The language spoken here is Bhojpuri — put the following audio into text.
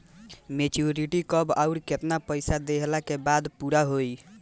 मेचूरिटि कब आउर केतना पईसा देहला के बाद पूरा होई?